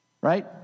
right